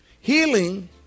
Healing